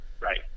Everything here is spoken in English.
Right